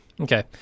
Okay